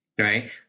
Right